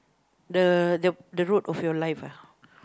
the the road of your life ah